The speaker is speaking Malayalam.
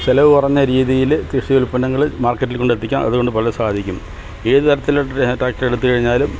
ചിലവ് കുറഞ്ഞ രീതിയിൽ കൃഷി ഉല്പന്നങ്ങൾ മാർക്കറ്റിൽ കൊണ്ടെത്തിക്കാൻ അതുകൊണ്ട് പല സാധിക്കും ഏത് തരത്തിലുള്ള ട്രാക്ടർ എടുത്ത് കഴിഞ്ഞാലും